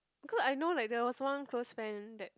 because I know like there was one close friend that